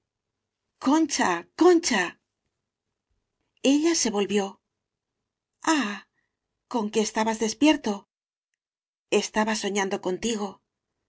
concha concha ella se volvió ah con que estabas despierto estaba soñando contigo